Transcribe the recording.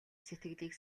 сэтгэлийг